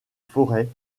forêt